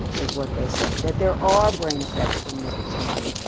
is what they say that there are brain effects from nicotine.